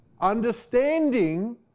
Understanding